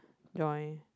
join